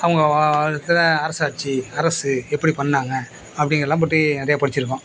அவங்க நடத்தின அரசாட்சி அரசு எப்படி பண்ணாங்க அப்படிங்குறதுலாம் பற்றி நிறையா படித்திருக்கோம்